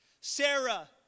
Sarah